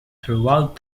throughout